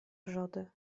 wrzody